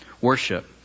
worship